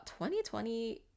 2020